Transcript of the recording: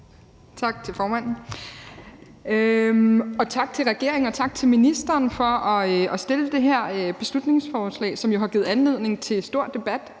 Tak til formanden, og tak til regeringen og ministeren for at fremsætte det her beslutningsforslag, som jo har givet anledning til stor debat